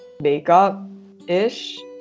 makeup-ish